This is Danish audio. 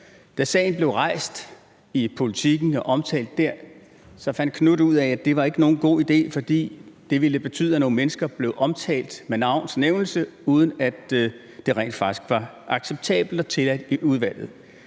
Da sagen blev rejst i Politiken og omtalt der, fandt Marcus Knuth ud af, at det ikke var nogen god idé, fordi det ville betyde, at nogle mennesker blev omtalt med navns nævnelse, uden at det rent faktisk var acceptabelt og tilladt i udvalget.